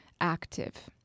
active